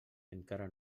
encara